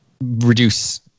reduce